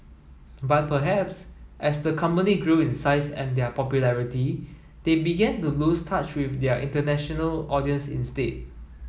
but perhaps as the company grew in size and their popularity they began to lose touch with their international audience instead